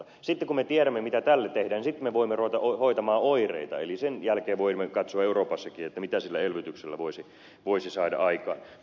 sitten kun me tiedämme mitä tälle tehdään niin sitten me voimme ruveta hoitamaan oireita eli sen jälkeen voimme katsoa euroopassakin mitä sillä elvytyksellä voisi saada aikaan